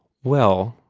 well,